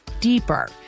deeper